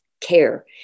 care